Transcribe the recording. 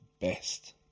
best